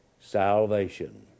Salvation